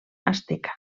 asteca